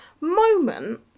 moment